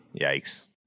Yikes